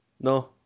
No